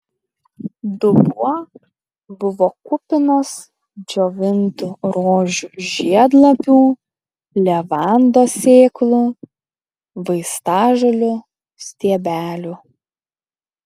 dubuo buvo kupinas džiovintų rožių žiedlapių levandos sėklų vaistažolių stiebelių